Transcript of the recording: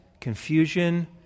confusion